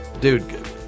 dude